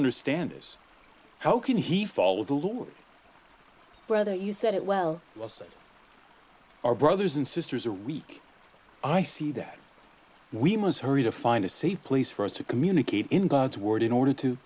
understand this how can he follow the lord whether you said it well let's say our brothers and sisters are weak i see that we must hurry to find a safe place for us to communicate in god's word in order to